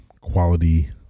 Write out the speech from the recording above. quality